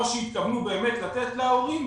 או שהתכוונו באמת לתת להורים,